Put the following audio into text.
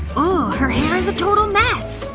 oh. her hair is a total mess.